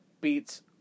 beats